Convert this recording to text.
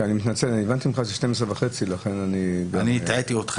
אני רואה שבכל שנה יש ירידה במספר של אלה שלא שילמו את האגרות.